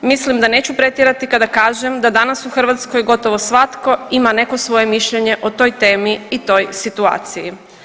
Mislim da neću pretjerati kada kažem da danas u Hrvatskoj gotovo svatko ima neko svoje mišljenje o toj temi i toj situaciji.